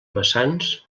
vessants